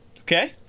okay